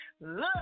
look